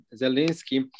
Zelensky